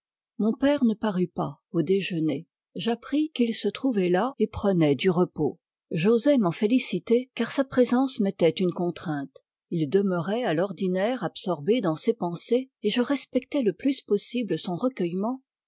mon père ne parut pas au déjeuner j'appris qu'il se trouvait las et prenait du repos j'osai m'en féliciter car sa présence m'était une contrainte il demeurait à l'ordinaire absorbé dans ses pensées et je respectais le plus possible son recueillement